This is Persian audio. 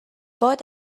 باد